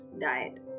diet